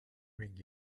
ring